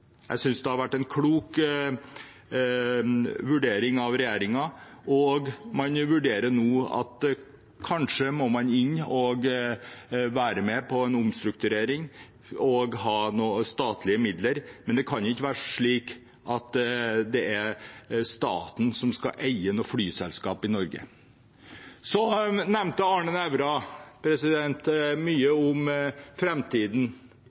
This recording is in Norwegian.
Jeg synes det har vært en klok vurdering av regjeringen. Man vurderer nå om man kanskje må inn og være med på en omstrukturering med noen statlige midler, men det kan ikke være slik at staten skal eie flyselskap i Norge. Representanten Arne Nævra